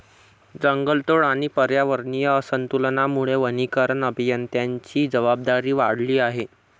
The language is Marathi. जंगलतोड आणि पर्यावरणीय असंतुलनामुळे वनीकरण अभियंत्यांची जबाबदारी वाढली आहे